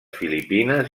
filipines